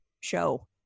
show